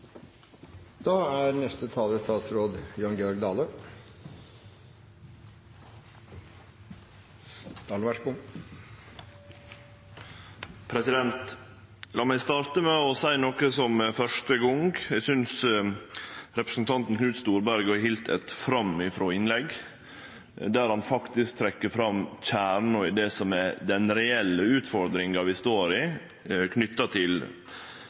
meg starte med å seie noko for første gong: Eg synest representanten Knut Storberget har halde eit framifrå innlegg, der han faktisk trekkjer fram kjernen i det som er den reelle utfordringa vi står i, knytt til